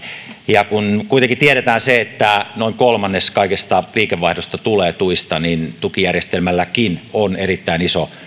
ja kun kuitenkin tiedetään se että noin kolmannes kaikesta liikevaihdosta tulee tuista niin tukijärjestelmälläkin on erittäin iso